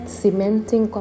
cementing